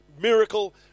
miracle